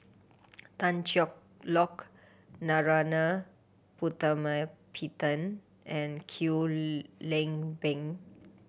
Tan Cheng Lock Narana Putumaippittan and Kwek Leng Beng